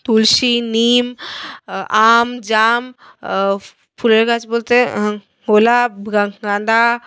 তুলসী নিম আম জাম ফুলের গাছ বলতে গোলাপ গাঁদা